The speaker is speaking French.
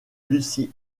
lucy